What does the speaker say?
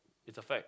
it's a fact